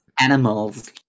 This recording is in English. animals